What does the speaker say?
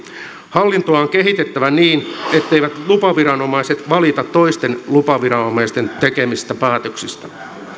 hallintoa on kehitettävä niin etteivät lupaviranomaiset valita toisten lupaviranomaisten tekemistä päätöksistä